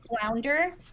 Flounder